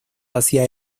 hacia